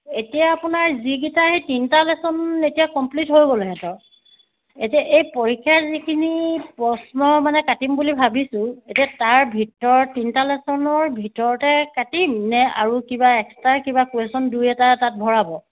এতিয়া আপোনাৰ যিকেইটা সেই তিনিটা লেশ্যন এতিয়া কম্প্লিট হৈ গ'ল সিহঁতৰ এতিয়া এই পৰীক্ষা যিখিনি প্ৰশ্ন মানে কাটিম বুলি ভাবিছোঁ এতিয়া তাৰ ভিতৰৰ তিনিটা লেশ্যনৰ ভিতৰতে কাটিম নে আৰু কিবা এক্সট্ৰা কিবা কুৱেশ্যন দুই এটা তাত ভৰাব